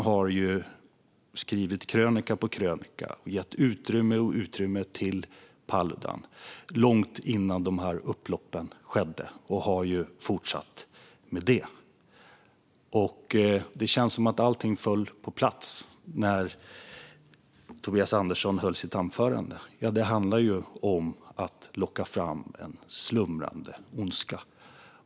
Han har skrivit krönika på krönika, och han har upprepade gånger gett utrymme åt Paludan, långt innan upploppen skedde, och fortsatt med det. Det känns som att allt föll på plats när Tobias Andersson höll sitt anförande. Det handlar om att locka fram en slumrande ondska.